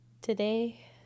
Today